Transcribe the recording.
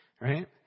right